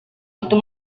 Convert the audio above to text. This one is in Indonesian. itu